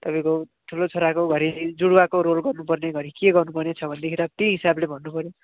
तपाईँको ठुलो छोराको घरि जुडुवाको रोल गर्नुपर्ने घरि के गर्नुपर्ने छ भनेदेखि त त्यही हिसाबले भन्नुपऱ्यो